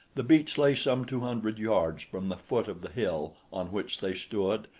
the beach lay some two hundred yards from the foot of the hill on which they stood,